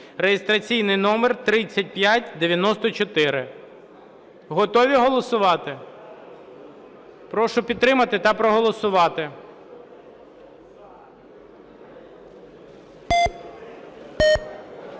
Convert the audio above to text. (реєстраційний номер 3594). Готові голосувати? Прошу підтримати та проголосувати.